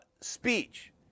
speech